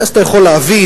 ואז אתה יכול להבין,